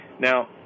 Now